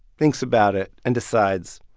thinks about it and decides,